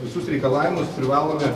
visus reikalavimus privalome